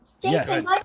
yes